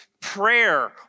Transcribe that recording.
prayer